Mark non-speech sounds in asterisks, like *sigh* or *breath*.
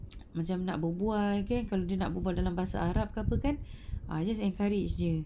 *noise* macam nak berbual kan kalau dia nak berbual dalam bahasa arab ke apa kan *breath* ah just encourage jer